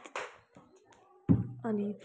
अनि